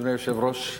אדוני היושב-ראש,